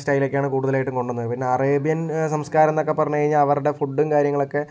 style ഒക്കെയാണ് കൂടുതലായിട്ടും കൊണ്ടുവന്നത് പിന്നെ അറേബ്യൻ സംസ്കാരം എന്നൊക്കെ പറഞ്ഞു കഴിഞ്ഞാൽ അവരുടെ ഫുഡും കാര്യങ്ങളും ഒക്കെ